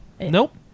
Nope